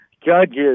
judges